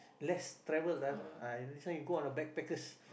less travel ah next time you go on a backpackers